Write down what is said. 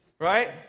right